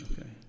okay